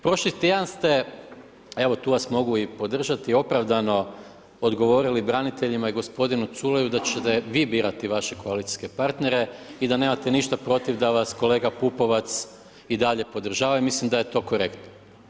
Prošli tjedan ste, evo tu vas mogu i podržati opravdano odgovorili braniteljima i gospodinu Culeju da ćete vi birati vaše koalicijske partnere i da nemate ništa protiv da vas kolega Pupovac i dalje podržava i mislim da je to korektno.